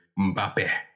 Mbappe